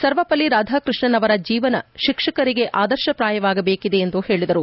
ಸರ್ವಪಲ್ಲಿ ರಾಧಾಕೃಷ್ಣನ್ ಅವರ ಜೀವನ ಶಿಕ್ಷಕರಿಗೆ ಆದರ್ಶಪ್ರಾಯವಾಗದೇಕಿದೆ ಎಂದು ಹೇಳಿದರು